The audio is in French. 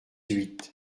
huit